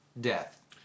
death